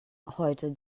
heute